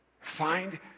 find